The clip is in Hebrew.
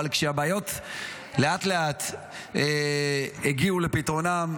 אבל כשהבעיות לאט-לאט הגיעו לפתרונן,